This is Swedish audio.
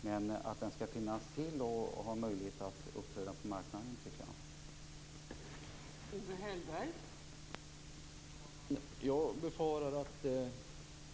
Men att den skall finnas till och ha möjlighet att uppträda på marknaden tycker jag.